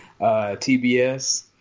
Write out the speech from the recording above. TBS